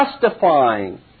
justifying